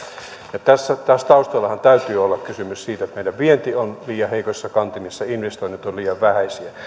kantaa tässä taustallahan täytyy olla kysymys siitä että meidän vienti on nyt liian heikoissa kantimissa investoinnit ovat liian vähäisiä